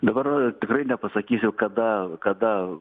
dabar tikrai nepasakysiu kada kada